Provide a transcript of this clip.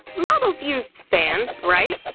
models use fans, right?